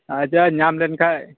ᱟᱪᱪᱷᱟ ᱧᱟᱢ ᱞᱮᱱᱠᱷᱟᱡ